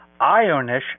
ionish